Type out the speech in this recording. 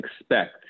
expect